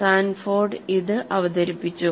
Sanford ഇത് അവതരിപ്പിച്ചു